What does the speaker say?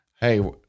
hey